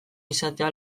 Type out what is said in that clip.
izatea